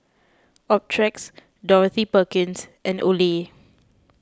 Optrex Dorothy Perkins and Olay